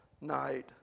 night